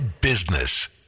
Business